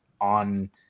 on